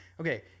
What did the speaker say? Okay